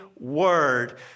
word